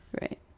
Right